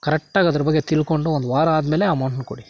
ಕರೆಕ್ಟಾಗಿ ಅದ್ರ ಬಗ್ಗೆ ತಿಳ್ಕೊಂಡು ಒಂದು ವಾರ ಆದಮೇಲೆ ಅಮೌಂಟನ್ನ ಕೊಡಿ